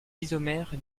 isomères